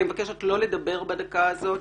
אני מבקשת לא לדבר בדקה זו.